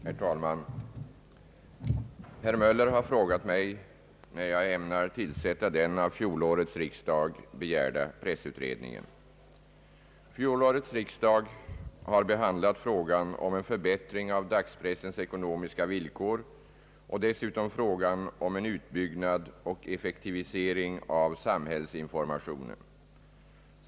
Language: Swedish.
Herr talman! Herr Möller har frågat mig när jag ämnar tillsätta den av fjolårets riksdag begärda pressutredningen. Fjolårets riksdag har behandlat frågan om en förbättring av dagspressens ekonomiska villkor och dessutom frågan om en utbyggnad och effektivisering av samhällsinformationen.